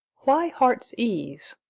why heart's ease?